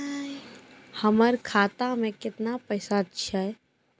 हमर खाता मैं केतना पैसा छह?